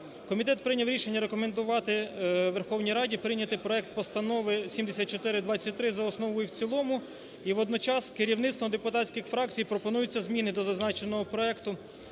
Комітет прийняв рішення рекомендувати Верховній Раді прийняти проект постанови 7423 за основу і в цілому. І водночас керівництвом депутатських фракцій пропонуються зміни до зазначеного проекту,